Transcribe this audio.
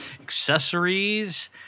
accessories